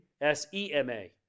S-E-M-A